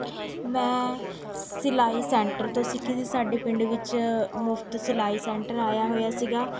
ਮੈਂ ਸਿਲਾਈ ਸੈਂਟਰ ਤੋਂ ਸਿੱਖੀ ਸੀ ਸਾਡੇ ਪਿੰਡ ਵਿੱਚ ਮੁਫ਼ਤ ਸਿਲਾਈ ਸੈਂਟਰ ਆਇਆ ਹੋਇਆ ਸੀਗਾ